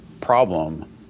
problem